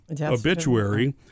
obituary